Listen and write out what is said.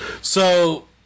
So-